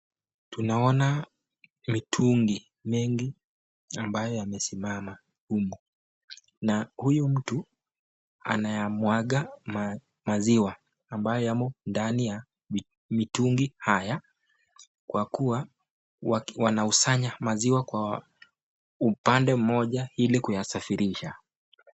Tunaona mitungi mengi ambayo yamesimama humu, na huyu mtu anayamwaga maziwa ambayo yamo ndani ya mitungi haya, kwa kuwa wanaisanya maziwa kwa upande mmoja ili kuyasafisrisha.